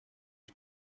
you